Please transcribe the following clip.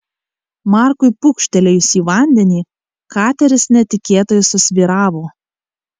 markui pūkštelėjus į vandenį kateris netikėtai susvyravo